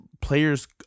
player's